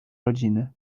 rodziny